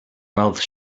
mouth